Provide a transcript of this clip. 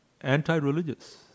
anti-religious